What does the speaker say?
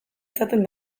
izaten